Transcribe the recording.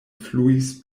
fluis